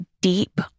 deep